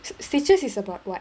s~ stitches is about what